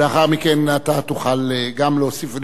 ולאחר מכן אתה תוכל להוסיף ולשאול,